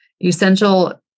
Essential